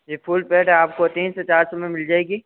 जी full plate आपको तीन से चार सौ में मिल जाएगी